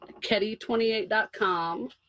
Ketty28.com